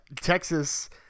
Texas